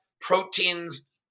proteins